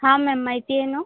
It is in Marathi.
हां मॅम माहिती आहे नं